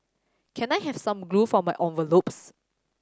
can I have some glue for my envelopes